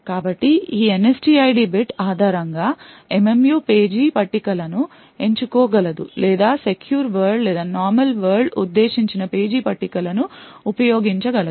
కాబట్టి ఈ NSTID bit ఆధారంగా MMU పేజీ పట్టికలను ఎంచుకోగలదు లేదా సెక్యూర్ వరల్డ్ లేదా నార్మల్ వరల్డ్ ఉద్దేశించిన పేజీ పట్టికలను ఉపయోగించగలదు